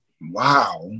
wow